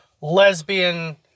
lesbian